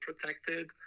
protected